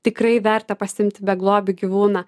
tikrai verta pasiimti beglobį gyvūną